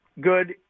good